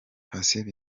patient